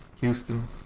Houston